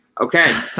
Okay